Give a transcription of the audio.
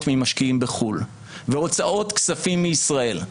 ממשקיעים בחול לארץ והוצאות כספים מישראל.